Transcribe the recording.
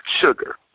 sugar